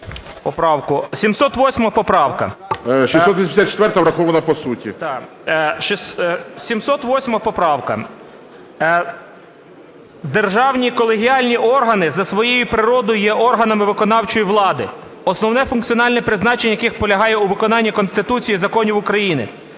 708 поправка. Державні колегіальні органи, за своєю природою, є органами виконавчої влади, основне функціональне призначення яких полягає у виконанні Конституції, законів України,